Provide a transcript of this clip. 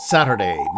Saturday